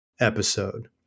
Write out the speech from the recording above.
episode